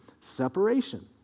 separation